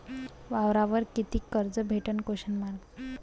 वावरावर कितीक कर्ज भेटन?